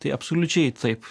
tai absoliučiai taip